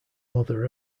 mother